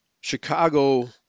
Chicago